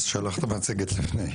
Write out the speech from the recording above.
מצב.